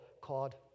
called